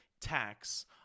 tax